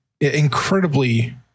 incredibly